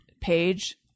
page